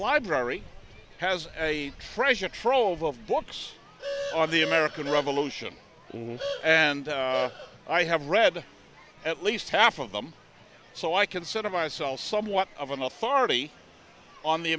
library has a treasure trove of books on the american revolution and i have read at least half of them so i consider myself somewhat of an authority on the